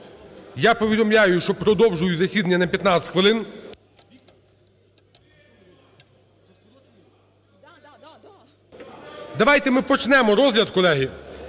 Я повідомляю, що продовжую засідання на 15 хвилин. Давайте ми почнемо розгляд, колеги,